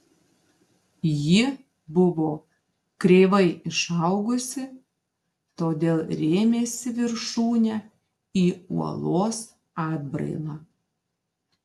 ji buvo kreivai išaugusi todėl rėmėsi viršūne į uolos atbrailą